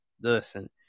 Listen